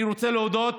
אני רוצה להודות